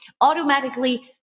automatically